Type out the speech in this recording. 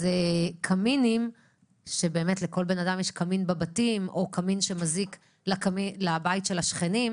קמין בבית או כמין שמזיק לבית השכנים,